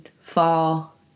fall